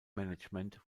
management